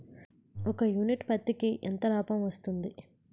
ఒక యూనిట్ పత్తికి ఎంత లాభం వస్తుంది?